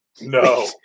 No